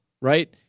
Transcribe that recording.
right